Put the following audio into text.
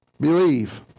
Believe